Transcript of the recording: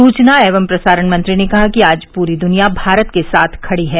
सूचना एवं प्रसारण मंत्री ने कहा कि आज पूरी दुनिया भारत के साथ खड़ी है